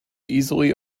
easily